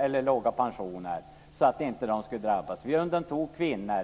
eller låga pensioner så att de inte skulle drabbas. Vi undantog kvinnor.